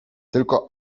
tylko